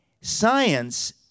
science